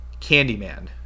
Candyman